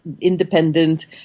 independent